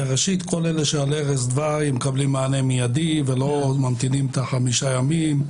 כל אלה שעל ערש דווי מקבלים מענה מיידי ולא ממתינים חמישה ימים.